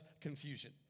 confusion